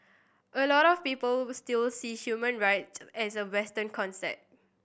a lot of people still see human rights as a Western concept